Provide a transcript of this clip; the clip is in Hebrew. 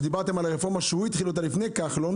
שדיברתם על הרפורמה שהוא התחיל אותה לפני כחלון